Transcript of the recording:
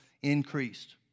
increased